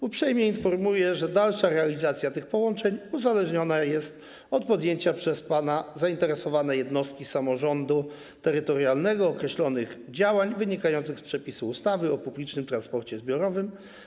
Uprzejmie informuję, że dalsza realizacja tych połączeń uzależniona jest od podjęcia przez pana, zainteresowane jednostki samorządu terytorialnego określonych działań wynikających z przepisów ustawy o publicznym transporcie zbiorowym.